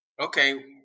okay